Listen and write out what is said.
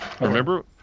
Remember